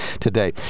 today